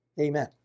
Amen